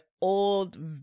old